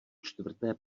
čtvrté